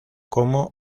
como